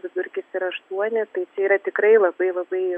vidurkis yra aštuoni tai čia yra tikrai labai labai